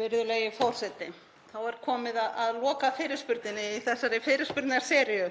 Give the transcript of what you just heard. Virðulegi forseti. Þá er komið að lokafyrirspurninni í þessari fyrirspurnaseríu